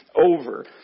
over